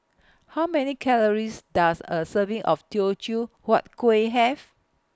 How Many Calories Does A Serving of Teochew Huat Kueh Have